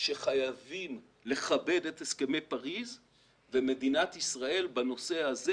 שחייבים לכבד את הסכמי פריס ומדינת ישראל בנושא הזה